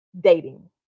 dating